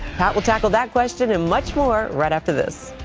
pat will tackle that question and much more right after this.